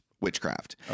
witchcraft